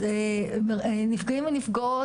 אז נפגעים ונפגעות,